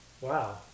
wow